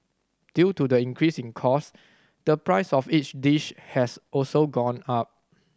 due to the increase in cost the price of each dish has also gone up